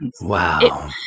Wow